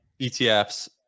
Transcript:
ETFs